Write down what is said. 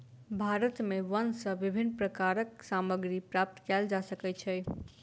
भारत में वन सॅ विभिन्न प्रकारक सामग्री प्राप्त कयल जा सकै छै